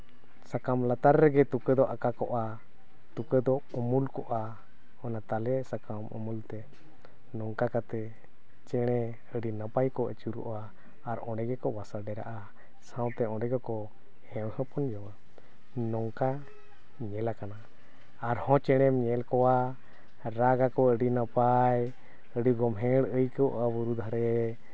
ᱥᱟᱠᱟᱢ ᱞᱟᱛᱟᱨ ᱨᱮᱫᱚ ᱛᱩᱠᱟᱹ ᱫᱚ ᱟᱠᱟ ᱠᱚᱜᱼᱟ ᱛᱩᱠᱟᱹ ᱫᱚ ᱩᱢᱩᱞ ᱠᱚᱜᱼᱟ ᱚᱱᱟ ᱛᱟᱞᱮ ᱥᱟᱠᱟᱢ ᱩᱢᱩᱞ ᱛᱮ ᱱᱚᱝᱠᱟ ᱠᱟᱛᱮᱫ ᱪᱮᱬᱮ ᱟᱹᱰᱤ ᱱᱟᱯᱟᱭ ᱠᱚ ᱟᱹᱪᱩᱨᱚᱜᱼᱟ ᱟᱨ ᱚᱸᱰᱮ ᱜᱮᱠᱚ ᱵᱟᱥᱟ ᱰᱮᱨᱟᱜᱼᱟ ᱥᱟᱶᱛᱮ ᱚᱸᱰᱮ ᱜᱮᱠᱚ ᱦᱮᱢ ᱦᱚᱯᱚᱱ ᱡᱚᱝᱟ ᱱᱚᱝᱠᱟ ᱧᱮᱞᱟᱠᱟᱱᱟ ᱟᱨᱦᱚᱸ ᱪᱮᱬᱮᱢ ᱧᱮᱞ ᱠᱚᱣᱟ ᱨᱟᱜᱽ ᱟᱠᱚ ᱟᱹᱰᱤ ᱱᱟᱯᱟᱭ ᱟᱹᱰᱤ ᱜᱳᱢᱦᱮᱲ ᱟᱹᱭᱠᱟᱹᱜᱼᱟ ᱵᱩᱨᱩ ᱫᱷᱟᱨᱮ